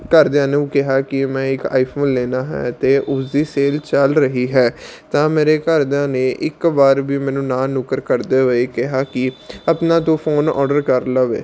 ਘਰਦਿਆਂ ਨੂੰ ਕਿਹਾ ਕਿ ਮੈਂ ਇੱਕ ਆਈਫੋਨ ਲੈਣਾ ਹੈ ਅਤੇ ਉਸਦੀ ਸੇਲ ਚੱਲ ਰਹੀ ਹੈ ਤਾਂ ਮੇਰੇ ਘਰਦਿਆਂ ਨੇ ਇੱਕ ਵਾਰ ਵੀ ਮੈਨੂੰ ਨਾਂਹ ਨੁੱਕਰ ਕਰਦੇ ਹੋਏ ਕਿਹਾ ਕਿ ਆਪਣਾ ਤੂੰ ਫ਼ੋਨ ਔਡਰ ਕਰ ਲਵੇ